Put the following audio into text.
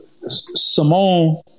Simone